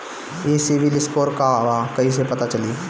ई CIBIL score का बा कइसे पता चली?